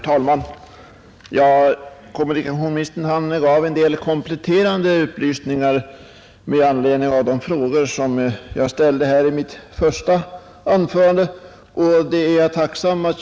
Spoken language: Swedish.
Herr talman! Kommunikationsministern gav här en del kompletterande upplysningar med anledning av de frågor jag ställde i mitt första anförande, och det är jag tacksam för.